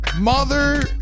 Mother